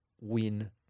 win